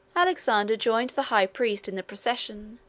alexander joined the high priest in the procession,